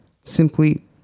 simply